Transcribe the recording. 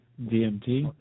DMT